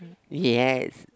yes